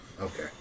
Okay